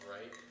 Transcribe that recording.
right